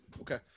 Okay